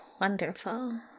wonderful